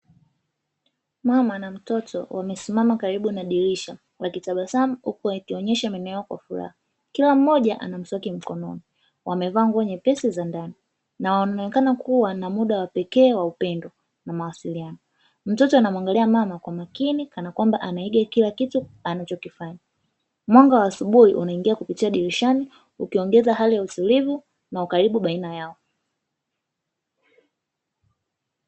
Mama na mtoto wamesimama karibu na dirisha wakitabasamu huku wakionyesha meno yao kwa furaha. Kila mmoja ana mswaki mkononi wamevaa nguo nyepesi za ndani, na wanaonekana kuwa na muda wa pekee wa upendo na mawasiliano. Mtoto anamwangalia mama kwa makini, kana kwamba anaiga kila kitu anachokifanya. Mwanga wa asubuhi unaingia kupitia dirishani ukiongeza hali ya utulivu na ukaribu baina yao.